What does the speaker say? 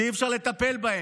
אי-אפשר לטפל בהם,